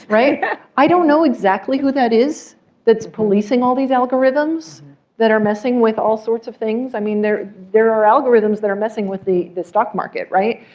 i don't know exactly who that is that's policing all these algorithms that are messing with all sorts of things. i mean, there there are algorithms that are messing with the the stock market, right?